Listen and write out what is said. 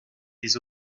des